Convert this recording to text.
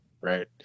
right